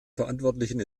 verantwortlichen